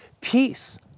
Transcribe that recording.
peace